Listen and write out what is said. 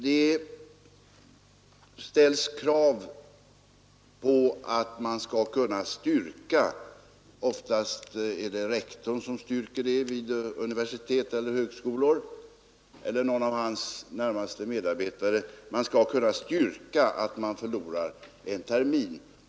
Det ställs krav på att man skall kunna styrka — oftast är det rektor vid universitet eller högskola eller någon av hans närmaste medarbetare som utfärdar intyg — att man förlorar en termin.